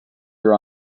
your